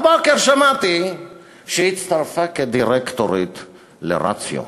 הבוקר שמעתי שהיא הצטרפה כדירקטורית ל"רציו".